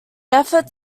effort